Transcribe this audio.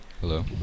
Hello